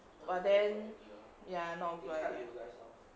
but then ya not good like that